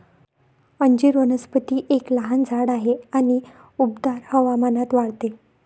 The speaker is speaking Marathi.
अंजीर वनस्पती एक लहान झाड आहे आणि उबदार हवामानात वाढते